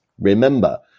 Remember